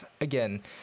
again